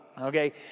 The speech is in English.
okay